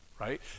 right